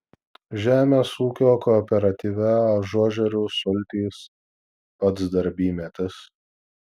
žemės ūkio kooperatyve ažuožerių sultys pats darbymetis